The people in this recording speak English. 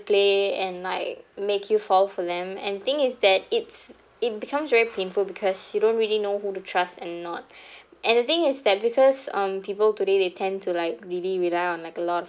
play and like make you fall for them and thing is that it's it becomes very painful because you don't really know who to trust and not and the thing is that because um people today they tend to like really rely on like a lot of